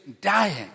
dying